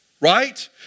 right